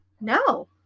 no